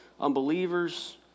unbelievers